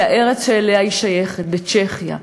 זו הארץ שאליה היא שייכת, צ'כיה.